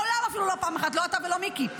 מעולם, אפילו לא פעם אחת, לא אתה ולא מיקי.